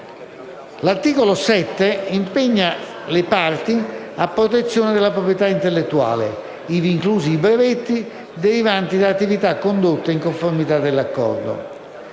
L'articolo 7 impegna le parti a protezione della proprietà intellettuale, ivi inclusi i brevetti derivanti da attività condotte in conformità dell'Accordo.